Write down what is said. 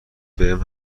بهم